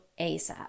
ASAP